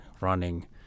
running